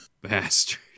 Bastard